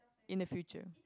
in the future